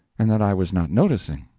and that i was not noticing.